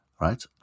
right